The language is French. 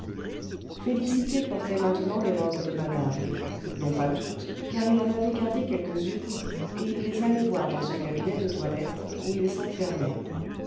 félicité portait maintenant les robes de madame non pas toutes car il en avait gardé quelques-unes et il les allait voir dans son cabinet de toilette où il s'enfermait